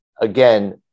again